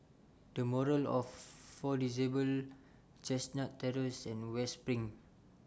The Moral of For Disabled Chestnut Terrace and West SPRING